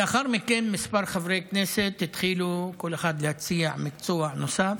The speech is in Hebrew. לאחר מכן כמה חברי כנסת התחילו כל אחד להציע מקצוע נוסף.